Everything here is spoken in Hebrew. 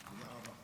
תודה רבה.